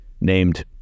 named